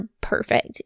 perfect